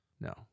No